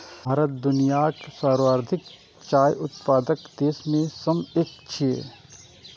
भारत दुनियाक सर्वाधिक चाय उत्पादक देश मे सं एक छियै